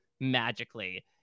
magically